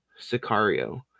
Sicario